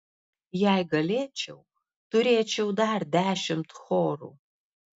jei galėčiau turėčiau dar dešimt chorų